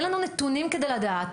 אין לנו נתונים כדי לדעת.